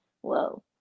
whoa